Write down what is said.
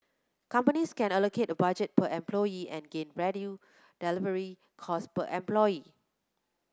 companies can allocate a budget per employee and gain predual delivery cost per employee